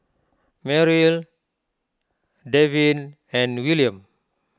Merrill Devin and Willam